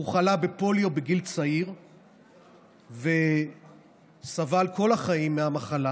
הוא חלה בפוליו בגיל צעיר וסבל כל החיים מהמחלה,